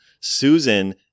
Susan